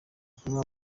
butumwa